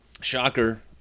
Shocker